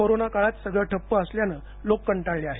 corona काळात सगळं ठप्प असल्यानं लोक कंटाळले आहेत